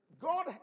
God